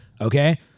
Okay